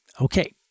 Okay